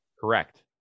Correct